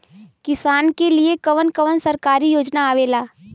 किसान के लिए कवन कवन सरकारी योजना आवेला?